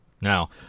Now